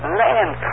land